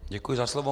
Děkuji za slovo.